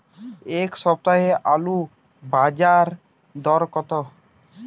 এ সপ্তাহে আলুর বাজার দর কত?